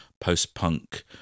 post-punk